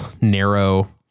narrow